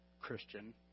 Christian